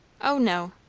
o no.